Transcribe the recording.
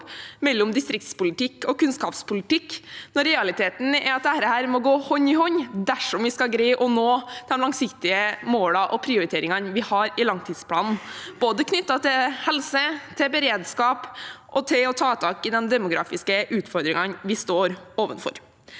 mellom distriktspolitikk og kunnskapspolitikk, når realiteten er at dette må gå hånd i hånd dersom vi skal greie å nå de langsiktige målene og prioriteringene vi har i langtidsplanen knyttet til både helse, beredskap og til å ta tak i de demografiske utfordringene vi står overfor.